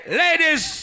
ladies